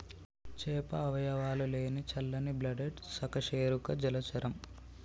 చేప అవయవాలు లేని చల్లని బ్లడెడ్ సకశేరుక జలచరం